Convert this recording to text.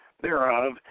thereof